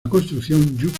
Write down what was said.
construcción